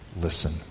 Listen